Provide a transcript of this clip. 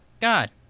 God